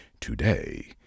Today